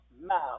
mouth